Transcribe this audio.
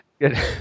Good